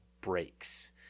breaks